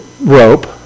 rope